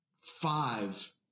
five